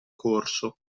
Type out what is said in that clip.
corso